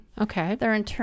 Okay